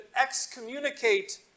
excommunicate